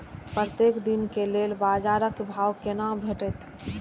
प्रत्येक दिन के लेल बाजार क भाव केना भेटैत?